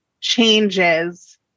changes